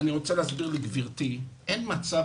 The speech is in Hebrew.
אין מצב,